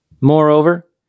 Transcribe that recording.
Moreover